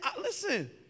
listen